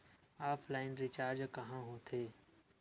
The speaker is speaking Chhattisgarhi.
ऑफलाइन रिचार्ज कहां होथे?